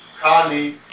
Kali